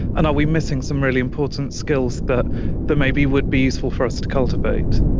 and are we missing some really important skills but that maybe would be useful for us to cultivate.